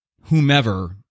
whomever